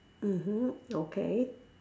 mmhmm okay